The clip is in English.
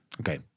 okay